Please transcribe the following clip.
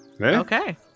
Okay